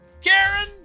karen